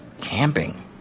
camping